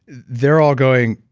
they're all going,